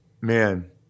man